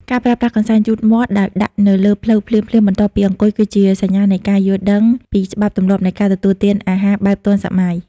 ការប្រើប្រាស់កន្សែងជូតមាត់ដោយដាក់នៅលើភ្លៅភ្លាមៗបន្ទាប់ពីអង្គុយ គឺជាសញ្ញានៃការយល់ដឹងពីច្បាប់ទម្លាប់នៃការទទួលទានអាហារបែបទាន់សម័យ។